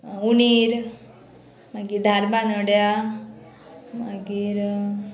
उणीर मागीर धार बानड्या मागीर